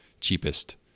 cheapest